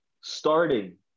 Starting